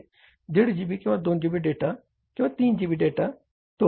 5 GB किंवा 2 GB किंवा 3 GB data तो 1